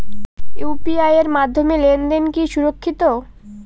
UPI এর মাধ্যমে লেনদেন কি সুরক্ষিত?